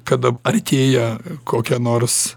kada artėja kokia nors